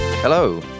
Hello